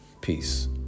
Peace